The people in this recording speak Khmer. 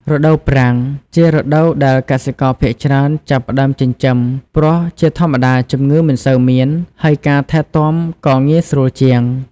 រដូវប្រាំង ជារដូវដែលកសិករភាគច្រើនចាប់ផ្ដើមចិញ្ចឹម ព្រោះជាធម្មតាជំងឺមិនសូវមាន ហើយការថែទាំក៏ងាយស្រួលជាង។